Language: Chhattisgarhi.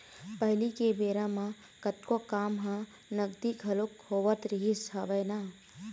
पहिली के बेरा म कतको काम ह नगदी घलोक होवत रिहिस हवय ना